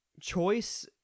choice